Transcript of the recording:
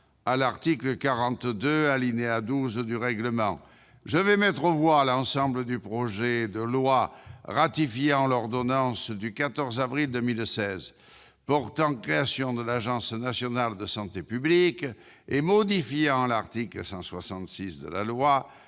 à l'article 42, alinéa 12, du règlement, je mets aux voix l'ensemble du projet de loi ratifiant l'ordonnance n° 2016-462 du 14 avril 2016 portant création de l'Agence nationale de santé publique et modifiant l'article 166 de la loi